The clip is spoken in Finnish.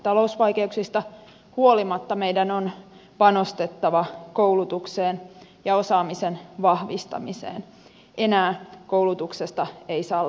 talousvaikeuksista huolimatta meidän on panostettava koulutukseen ja osaamisen vahvistamiseen enää koulutuksesta ei saa leikata